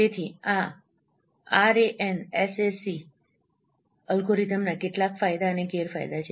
તેથી આ આરએએનએસએસી અલ્ગોરિધમનાં કેટલાક ફાયદા અને ગેરફાયદા છે